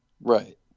Right